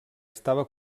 estava